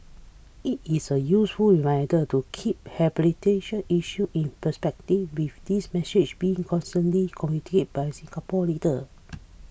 it is a useful reminder to keep issues in perspective with this message being consistently communicated by Singapore leaders